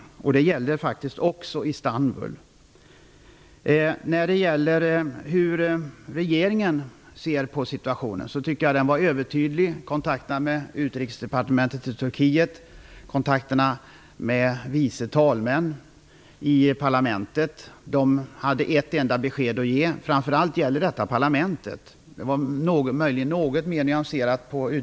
Det är faktiskt så också i Istanbul. Jag tycker att den turkiska regeringen var övertydlig. I kontakterna med utrikesdepartementet i Turkiet och framför allt i kontakterna med vice talmän i parlamentet framkom bara ett besked. Utrikesdepartementets besked var möjligen något mer nyanserat.